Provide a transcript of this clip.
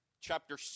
chapter